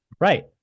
Right